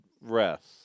rest